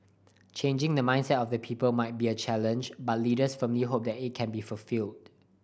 changing the mindset of the people might be a challenge but leaders firmly hope that it can be fulfilled